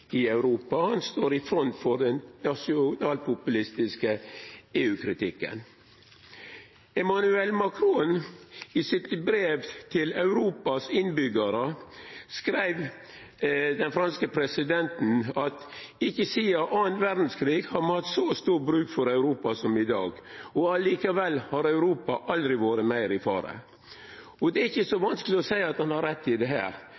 Europa. Han står i front for den nasjonalpopulistiske EU-kritikken. I brevet sitt til Europas innbyggjarar skreiv den franske presidenten Emmanuel Macron at ikkje sidan den andre verdskrigen har me hatt så stor bruk for Europa som i dag, og likevel har Europa aldri vore meir i fare. Det er ikkje så vanskeleg å seia at han har rett i